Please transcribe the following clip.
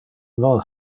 non